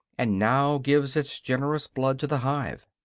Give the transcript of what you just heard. and now gives its generous blood to the hive.